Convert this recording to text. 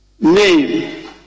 Name